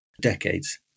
decades